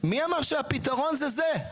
מי אמר שהפתרון זה זה?